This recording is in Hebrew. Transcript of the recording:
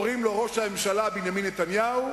וקוראים לו ראש הממשלה בנימין נתניהו,